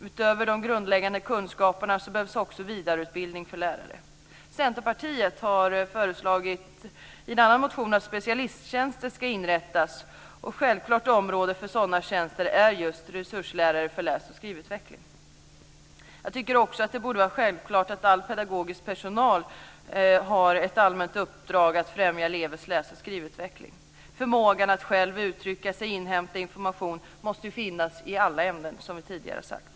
Utöver de grundläggande kunskaperna behövs också vidareutbildning för lärare. Centerpartiet har i en annan motion föreslagit att specialisttjänster ska inrättas, och ett självklart område för sådana tjänster är just resurslärare för läs och skrivutveckling. Jag tycker också att det borde vara självklart att all pedagogisk personal har ett allmänt uppdrag att främja elevers läs och skrivutveckling. Förmågan att själv uttrycka sig och inhämta information måste ju finnas i alla ämnen, som vi tidigare har sagt.